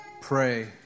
pray